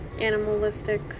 animalistic